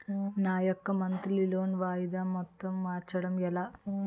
నా యెక్క monthly loan వాయిదా మొత్తం మార్చడం ఎలా?